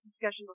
discussion